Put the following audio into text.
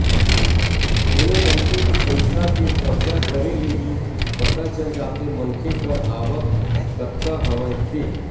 कोनो मनखे के पइसा के खरचा करे ले ही पता चल जाथे मनखे कर आवक कतका हवय ते